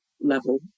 level